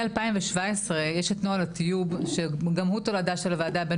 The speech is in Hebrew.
מ-2017 יש את נוהל התיוג שגם הוא תולדה של הועדה הבין